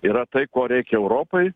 yra tai ko reikia europai